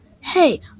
Hey